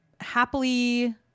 happily